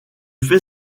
fais